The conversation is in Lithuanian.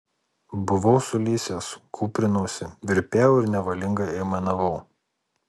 buvau sulysęs kūprinausi virpėjau ir nevalingai aimanavau